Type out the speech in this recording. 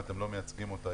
גם אם אתם לא מייצגים אותה,